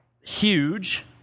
huge